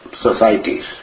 societies